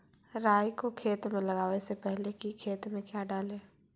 राई को खेत मे लगाबे से पहले कि खेत मे क्या डाले?